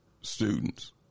students